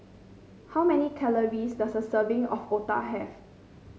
how many calories does a serving of otah have